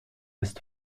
ist